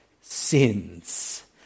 sins